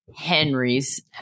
Henry's